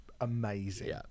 amazing